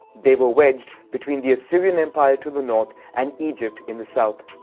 they were wedged between the assyrian empire to the north and egypt in the south.